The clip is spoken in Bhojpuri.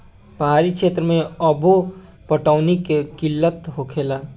पहाड़ी क्षेत्र मे अब्बो पटौनी के किल्लत होखेला